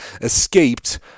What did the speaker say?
escaped